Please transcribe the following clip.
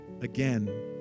again